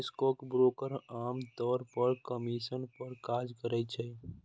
stockbroker आम तौर पर कमीशन पर काज करै छै